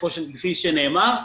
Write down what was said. כפי שנאמר,